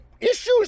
issues